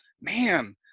Man